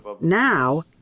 Now